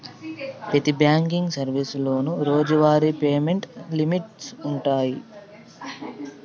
పెతి బ్యాంకింగ్ సర్వీసులోనూ రోజువారీ పేమెంట్ లిమిట్స్ వుండాయి